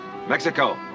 Mexico